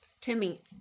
Timmy